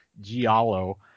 Giallo